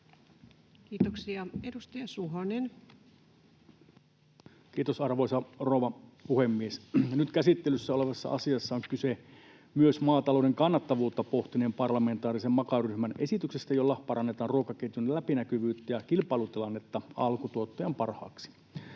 Time: 18:08 Content: Kiitos, arvoisa rouva puhemies! Nyt käsittelyssä olevassa asiassa on kyse myös maatalouden kannattavuutta pohtineen parlamentaarisen MAKA-ryhmän esityksestä, jolla parannetaan ruokaketjun läpinäkyvyyttä ja kilpailutilannetta alkutuottajan parhaaksi.